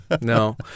no